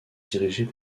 dirigée